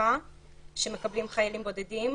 תמיכה שמקבלים חיילים בודדים.